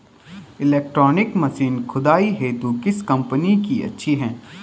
Electronic machine खुदाई हेतु किस कंपनी की अच्छी है?